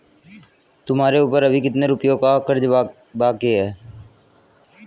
तुम्हारे ऊपर अभी कितने रुपयों का कर्ज और बाकी है?